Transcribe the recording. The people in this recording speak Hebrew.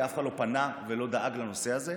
כי אף אחד לא פנה ולא דאג לנושא הזה.